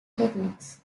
techniques